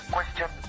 Question